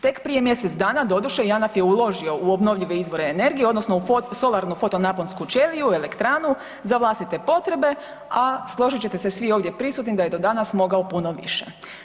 Tek prije mjesec dana doduše Janaf je uložio u obnovljive izvore energije odnosno u solarnu fotonaponsku čeliju, elektranu za vlastite potrebe, a složit ćete se svi ovdje prisutni da je do danas mogao puno više.